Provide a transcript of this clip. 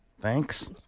thanks